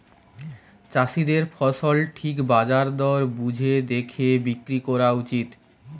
চাষীদের ফসল ঠিক বাজার দর বুঝে দেখে বিক্রি কোরা উচিত